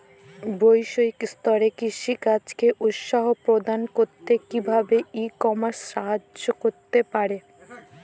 বৈষয়িক স্তরে কৃষিকাজকে উৎসাহ প্রদান করতে কিভাবে ই কমার্স সাহায্য করতে পারে?